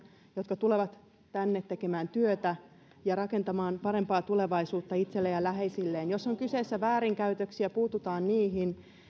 jotka tulevat tänne tekemään työtä ja rakentamaan parempaa tulevaisuutta itselleen ja läheisilleen jos kyse on väärinkäytöksistä puututaan niihin